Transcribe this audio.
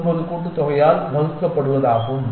49 கூட்டுத்தொகையால் வகுக்கப்படுவது ஆகும்